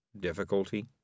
difficulty